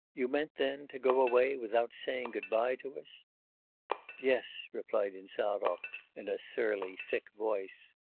you meant, then, to go away without saying good-bye to us yes, replied insarov in a surly, thick voice.